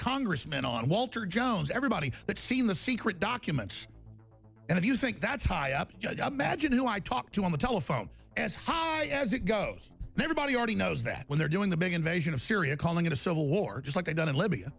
congressman on walter jones everybody that seen the secret documents and if you think that's high up magic who i talked to on the telephone as high as it goes everybody already knows that when they're doing the big invasion of syria calling it a civil war just like they've done in libya